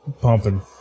pumping